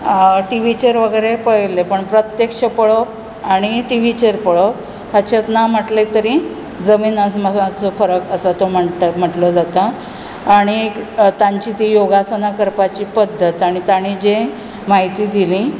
टिव्हीचेर वगैरे पळयल्लें पूण प्रत्यक्ष पळोवप आनी टिव्हीचेर पळोवप ताचेर ना म्हणलें तरी जमीन आसमानाचो फरक आसा तो म्हणल्यार जाता आनीक तांची ती योगासनां करपाची पद्दत आनी ताणीं जी म्हायती दिलीं